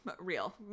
real